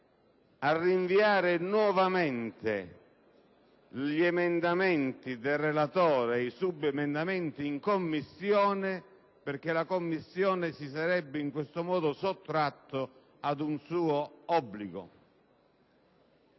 a rinviare nuovamente gli emendamenti del relatore e i subemendamenti in Commissione, perché la Commissione si sarebbe in questo modo sottratta ad un suo obbligo.